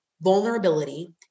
vulnerability